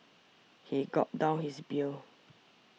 he gulped down his beer